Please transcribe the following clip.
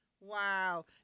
Wow